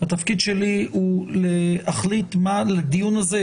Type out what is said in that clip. התפקיד שלי הוא להחליט מה לדיון הזה,